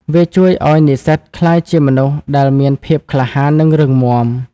វាជួយឱ្យនិស្សិតក្លាយជាមនុស្សដែលមានភាពក្លាហាន និងរឹងមាំ។